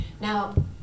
now